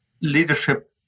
leadership